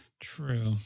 True